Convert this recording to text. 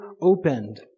opened